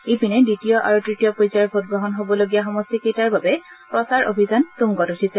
ইপিনে দ্বিতীয় আৰু তৃতীয় পৰ্যায়ত ভোটগ্ৰহণ হবলগীয়া সমষ্টিকেইটাৰ বাবে প্ৰচাৰ অভিযান তুংগত উঠিছে